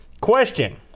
Question